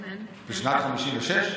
בשנת 1956?